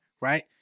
right